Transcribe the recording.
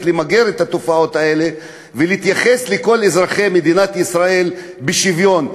כדי למגר את התופעות האלה ולהתייחס לכל אזרחי מדינת ישראל בשוויון.